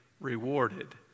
rewarded